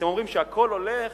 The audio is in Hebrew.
אתם אומרים שהכול הולך